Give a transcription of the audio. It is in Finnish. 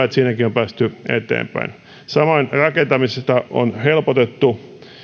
että siinäkin on päästy eteenpäin samoin rakentamista on helpotettu